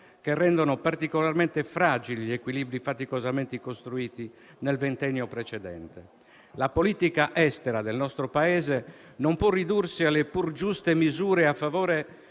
che rendono particolarmente fragili gli equilibri faticosamente costruiti nel ventennio precedente. La politica estera del nostro Paese non può ridursi alle pur giuste misure a favore